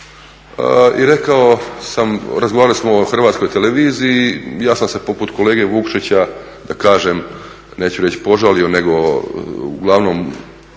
i rekao sam, razgovarali smo o Hrvatskoj televiziji, ja sam se poput kolege Vukšića da kažem, neću reći požalio, nego u glavnom